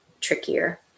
trickier